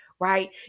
right